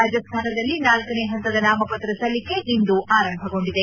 ರಾಜಸ್ಥಾನದಲ್ಲಿ ನಾಲ್ಲನೇ ಹಂತದ ನಾಮಪತ್ರ ಸಲ್ಲಿಕೆ ಇಂದು ಆರಂಭಗೊಂಡಿದೆ